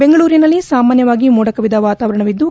ಬೆಂಗಳೂರಿನಲ್ಲಿ ಸಾಮಾನ್ಯವಾಗಿ ಮೋಡ ಕವಿದ ವಾತಾವರಣವಿದ್ದು